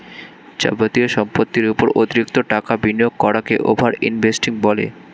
যাবতীয় সম্পত্তির উপর অতিরিক্ত টাকা বিনিয়োগ করাকে ওভার ইনভেস্টিং বলে